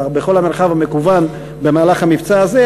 בכל המרחב המקוון במהלך המבצע הזה,